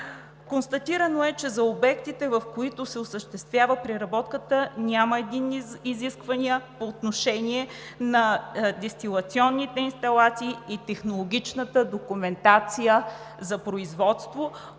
Констатирано е, че за обектите, в които се осъществява преработката, няма единни изисквания по отношение на дестилационните инсталации и технологичната документация за производство,